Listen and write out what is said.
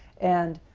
and